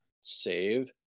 save